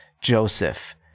Joseph